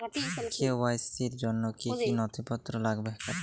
KYC র জন্য কি কি নথিপত্র লাগবে?